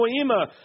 poema